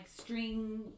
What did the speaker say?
string